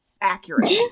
Accurate